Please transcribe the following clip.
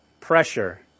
pressure